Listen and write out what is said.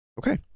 Okay